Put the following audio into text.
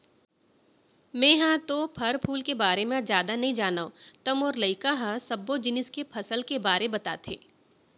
मेंहा तो फर फूल के बारे म जादा नइ जानव त मोर लइका ह सब्बो जिनिस के फसल के बारे बताथे